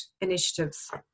initiatives